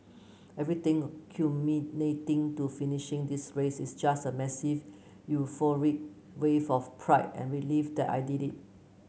everything culminating to finishing this race is just a massive euphoric wave of pride and relief that I did it